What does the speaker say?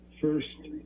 first